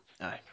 Aye